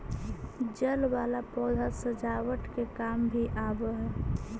जल वाला पौधा सजावट के काम भी आवऽ हई